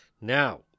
now